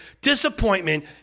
disappointment